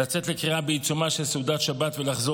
לצאת לקריאה בעיצומה של סעודת שבת ולחזור